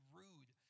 rude